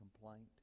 complaint